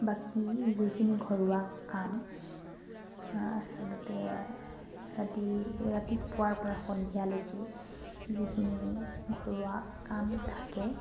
বাকী যিখিনি ঘৰুৱা কাম আচলতে ৰাতি ৰাতিপুৱাৰ পৰা সন্ধিয়ালৈকে যিখিনি ঘৰুৱা কাম থাকে